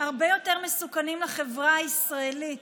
הרבה יותר מסוכנים לחברה הישראלית,